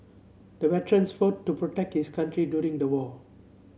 the veteran fought to protect his country during the war